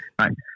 Right